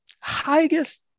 highest